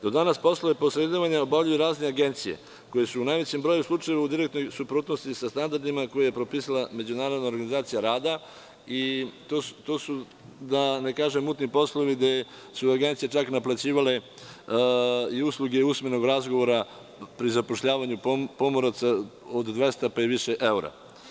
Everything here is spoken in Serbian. Do danas poslove posredovanja obavljaju razne agencije koje su u najvećem broju slučajeva u direktnoj suprotnosti sa standardima koje je propisala Međunarodna organizacija rada i to su, da ne kažem mutni poslovi, gde su agencije čak naplaćivale i usluge usmenog razgovora pri zapošljavanju pomoraca od 200 pa i više evra.